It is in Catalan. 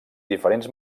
diferents